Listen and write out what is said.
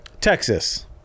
Texas